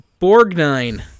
Borgnine